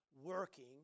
working